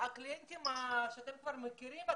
הקליינטים שאתם כבר מכירים,